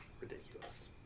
Ridiculous